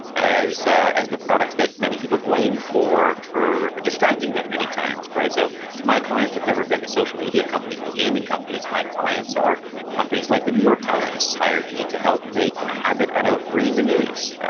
as ah as the products that many people blame for for distracting them many times. so my clients have never been the social media companies and the gaming companies. my clients are companies like the new york times, hired me to help make habit out of reading the news.